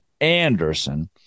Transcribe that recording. Anderson